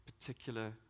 particular